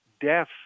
death